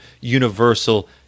universal